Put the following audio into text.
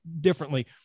differently